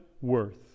worth